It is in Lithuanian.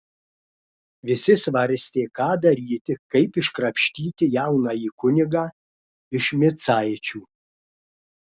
visi svarstė ką daryti kaip iškrapštyti jaunąjį kunigą iš micaičių